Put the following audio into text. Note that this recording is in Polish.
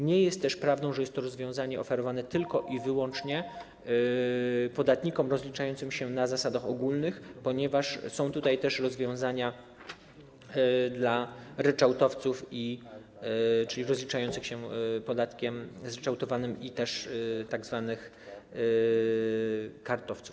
Nie jest też prawdą, że jest to rozwiązanie oferowane tylko i wyłącznie podatnikom rozliczającym się na zasadach ogólnych, ponieważ są tutaj też rozwiązania dla ryczałtowców, czyli rozliczających się podatkiem zryczałtowanym, a także tzw. kartowców.